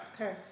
Okay